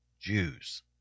Jews